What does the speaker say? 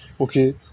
okay